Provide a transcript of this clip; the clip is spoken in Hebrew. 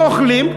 אוכלים,